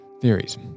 theories